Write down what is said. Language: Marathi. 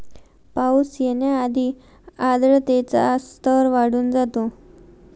पाऊस येण्याआधी आर्द्रतेचा स्तर वाढून जातो